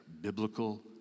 Biblical